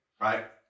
right